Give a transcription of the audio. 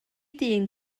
dyn